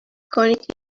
کنید